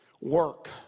work